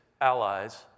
allies